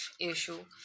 issue